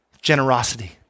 generosity